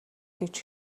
гэж